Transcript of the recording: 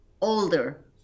older